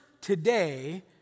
today